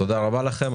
תודה רבה לכם.